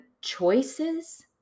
choices